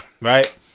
right